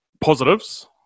Positives